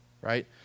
right